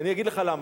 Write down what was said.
אני אגיד לך למה.